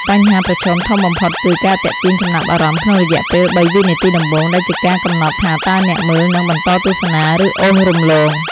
បញ្ហាប្រឈមធំបំផុតគឺ ការទាក់ទាញចំណាប់អារម្មណ៍ក្នុងរយៈពេល ៣ វិនាទីដំបូង ដែលជាការកំណត់ថាតើអ្នកមើលនឹងបន្តទស្សនា ឬអូសរំលង។